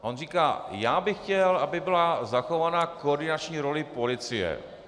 On říká: já bych chtěl, aby byla zachována koordinační role policie.